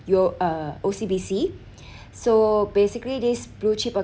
U~ uh O_C_B_C so basically this blue chip